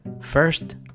First